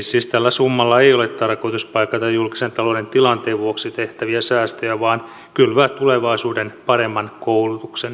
siis tällä summalla ei ole tarkoitus paikata julkisen talouden tilanteen vuoksi tehtäviä säästöjä vaan kylvää tulevaisuuden paremman koulutuksen siemen